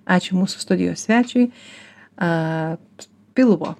ačiū mūsų studijos svečiui aaa pilvo